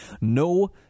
No